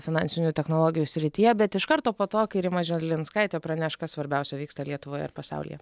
finansinių technologijų srityje bet iš karto po to kai rima žilinskaitė praneš kas svarbiausio vyksta lietuvoje ir pasaulyje